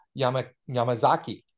Yamazaki